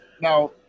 now